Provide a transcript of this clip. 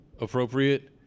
appropriate